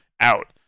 out